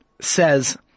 says